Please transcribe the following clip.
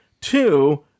Two